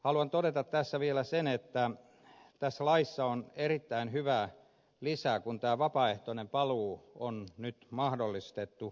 haluan todeta tässä vielä sen että tässä laissa on erittäin hyvä lisä kun tämä vapaaehtoinen paluu on nyt mahdollistettu